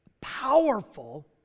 powerful